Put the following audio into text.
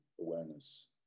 awareness